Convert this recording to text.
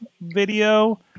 video